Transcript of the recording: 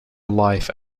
life